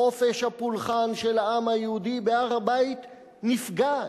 חופש הפולחן של העם היהודי בהר-הבית נפגע,